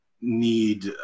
need